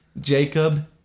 Jacob